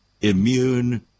immune